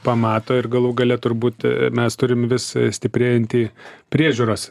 pamato ir galų gale turbūt mes turim vis stiprėjantį priežiūros